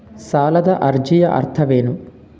ಸಾಲದ ಅರ್ಜಿಯ ಅರ್ಥವೇನು?